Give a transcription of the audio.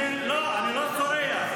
אני לא צורח.